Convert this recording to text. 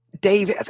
Dave